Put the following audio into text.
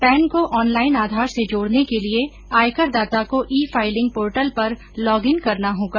pan को online Aadhaar से जोड़ने के लिए आयकरदाता को ई फाइलिंग पोर्टल पर लॉगिन करना होगा